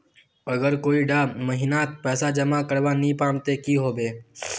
अगर कोई डा महीनात पैसा जमा करवा नी पाम ते की होबे?